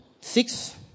Six